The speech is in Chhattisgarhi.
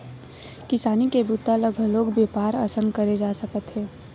किसानी के बूता ल घलोक बेपार असन करे जा सकत हे